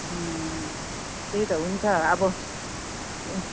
त्यही त हुन्छ अब ए